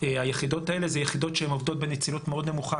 היחידות האלה זה יחידות שהן עובדות בנצילות מאוד נמוכה.